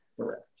Correct